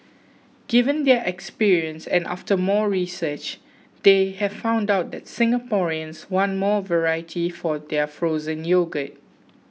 given their experience and after more research they have found out that Singaporeans want more variety for their frozen yogurt